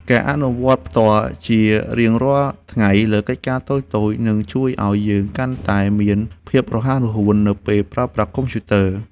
ការអនុវត្តផ្ទាល់ជារៀងរាល់ថ្ងៃលើកិច្ចការតូចៗនឹងជួយឱ្យយើងកាន់តែមានភាពរហ័សរហួននៅពេលប្រើប្រាស់កុំព្យូទ័រ។